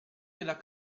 della